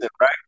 right